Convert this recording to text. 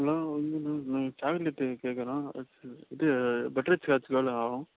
hello ஒன்னில்லைங்க chocolate கேக்தானே இது பட்டர்ஸ்காட்ச்கு எவ்வளோ ஆகும்